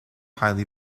highly